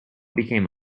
became